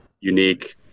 unique